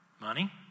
Money